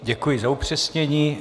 Děkuji za upřesnění.